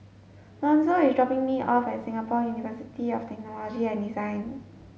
Lonzo is dropping me off at Singapore University of Technology and Design